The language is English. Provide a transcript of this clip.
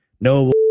No